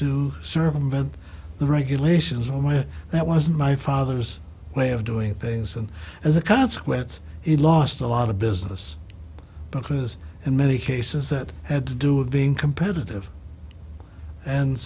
to serve him bent the regulations away that wasn't my father's way of doing things and as a consequence he lost a lot of business because in many cases it had to do with being competitive and